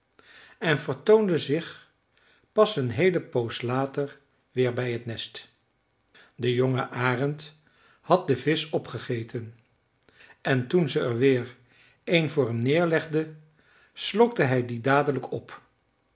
en vertoonde zich pas een heele poos later weer bij het nest de jonge arend had den visch opgegeten en toen ze er weer een voor hem neerlegde slokte hij dien dadelijk op